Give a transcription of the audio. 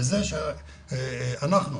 זה שאנחנו,